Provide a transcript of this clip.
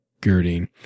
Girding